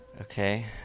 Okay